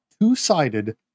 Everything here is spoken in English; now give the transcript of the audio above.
two-sided